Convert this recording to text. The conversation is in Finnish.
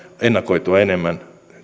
ennakoitua enemmän